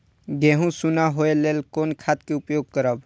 गेहूँ सुन होय लेल कोन खाद के उपयोग करब?